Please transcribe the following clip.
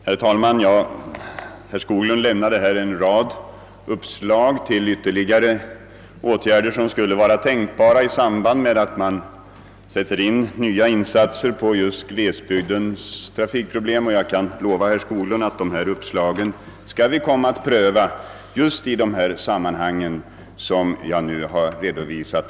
Herr talman! Herr Skoglund lämnade här en rad uppslag till ytterligare åtgärder som skulle vara tänkbara i samband med nya insatser för att lösa särskilt glesbygdens trafikproblem. Jag kan lova herr Skoglund att vi skall pröva dessa uppslag just i de sammanhang som jag nyss har redovisat.